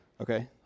okay